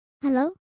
hello